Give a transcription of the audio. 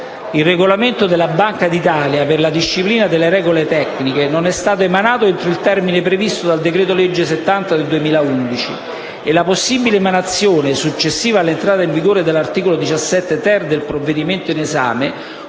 Il regolamento della Banca d'Italia per la disciplina delle regole tecniche non è stato emanato entro il termine previsto dal decreto-legge n. 70 del 2011 e la possibile emanazione successiva all'entrata in vigore dell'articolo 17-*ter* del provvedimento in esame